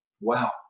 Wow